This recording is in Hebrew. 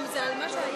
זה על מה שהיה.